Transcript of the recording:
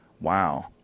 Wow